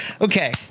Okay